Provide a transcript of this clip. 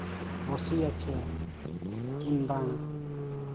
ᱵᱚᱥᱮ ᱟᱪᱷᱮ ᱠᱤᱝᱵᱟ